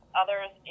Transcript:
others